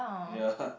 ya